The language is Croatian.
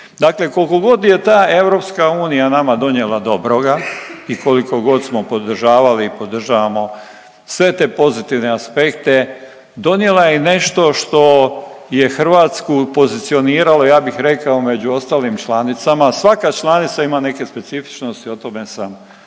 Dakle, kolikogod je ta EU nama donijela dobroga i kolikogod smo podržavali i podržavamo sve te pozitivne aspekte, donijela je i nešto što je Hrvatsku pozicioniralo ja bih rekao među ostalim članicama, a svaka članica ima neke specifičnosti o tome sam i prije